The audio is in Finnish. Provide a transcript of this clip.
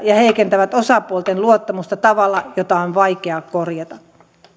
ja heikentävät osapuolten luottamusta tavalla jota on vaikea korjata